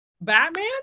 Batman